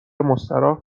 مستراح